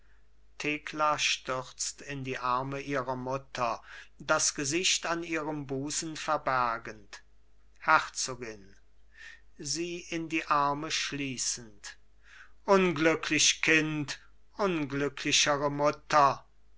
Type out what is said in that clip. thekla stürzt in die arme ihrer mutter das gesicht an ihrem busen verbergend herzogin sie in ihre arme schließend unglücklich kind unglücklichere mutter